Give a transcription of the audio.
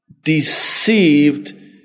deceived